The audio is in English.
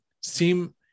seem